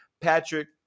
Patrick